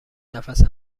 نفس